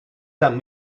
send